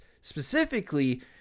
Specifically